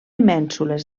mènsules